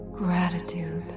gratitude